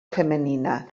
femenina